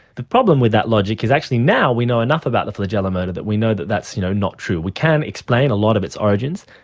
the problem with that logic is actually now we know enough about the flagellar motor that we know that that's you know not true. we can explain a lot of its origins,